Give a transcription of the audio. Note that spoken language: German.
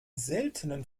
seltenen